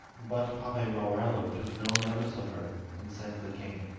but paperarello took no notice of her, and said to the king